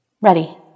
Ready